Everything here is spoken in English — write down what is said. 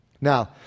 Now